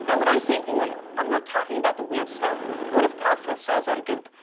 and when i say oil, i'm not talking about the weird stuff gwyneth paltrow sells on goop.